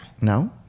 No